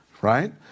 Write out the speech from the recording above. right